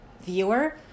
viewer